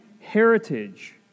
heritage